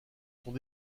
sont